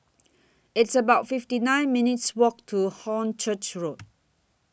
It's about fifty nine minutes' Walk to Hornchurch Road